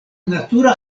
natura